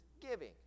giving